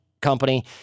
company